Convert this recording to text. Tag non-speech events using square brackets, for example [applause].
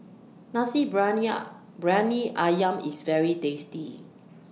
Nasi [unintelligible] Briyani Ayam IS very tasty